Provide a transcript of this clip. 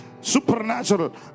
supernatural